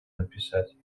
написать